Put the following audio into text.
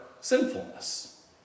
sinfulness